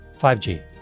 5G